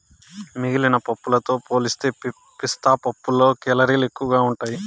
మిగిలిన పప్పులతో పోలిస్తే పిస్తా పప్పులో కేలరీలు ఎక్కువగా ఉంటాయి